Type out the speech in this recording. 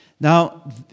Now